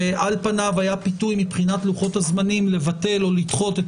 ועל פניו היה פיתוי מבחינת לוחות הזמנים לבטל או לדחות את